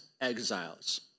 exiles